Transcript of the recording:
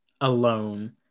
alone